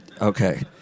Okay